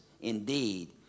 Indeed